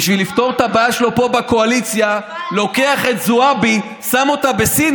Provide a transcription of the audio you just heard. בשביל לפתור את הבעיה שלו פה בקואליציה לוקח את זועבי ושם אותה בסין,